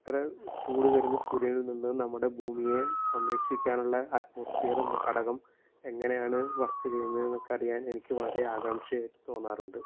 ഇത്ര ചൂട് വരുന്ന സൂര്യനിൽ നിന്ന് നമ്മുടെ ഭൂമിയെ സംരക്ഷിക്കാനുള്ള അറ്റ്മോസ്ഫിയർ എന്ന ഘടകം എങ്ങനെയാണ് വർക്ക് ചെയ്യുന്നത് എന്നൊക്കെ അറിയാൻ എനിക്ക് വളരെ ആകാംക്ഷയായിട്ട് തോന്നാറുണ്ട്